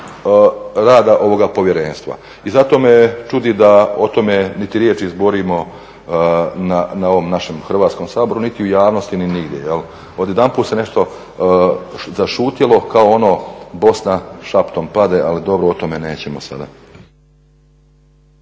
rada ovoga povjerenstva. I zato me čudi da o tome niti riječi zborimo na ovom našem Hrvatskom saboru niti u javnosti niti nigdje. Odjedanput se nešto zašutjelo kao ono Bosna šaptom pade ali dobro o tome nećemo sada.